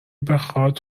بخاد